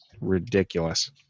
Ridiculous